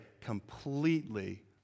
completely